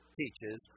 teaches